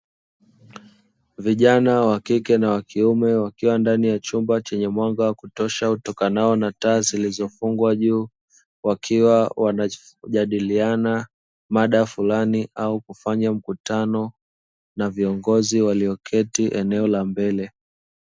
Vijana wa kike na wa kiume wakiwa ndani ya chumba chenye mwanga wa kutosha utokanao na taa zilizofungwa juu, wakiwa wanajadiliana mada fulani au kufanya mkutano na viongozi walioketi mbele.